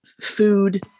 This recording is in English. food